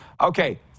Okay